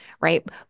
right